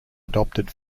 adopted